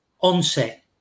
onset